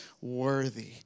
worthy